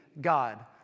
God